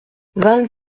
vingt